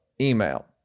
email